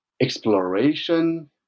exploration